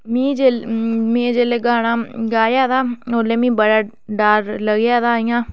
में जेल्लै गाना गाया ते ओल्लै मीं बड़ा डर लग्गेआ ते